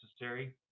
necessary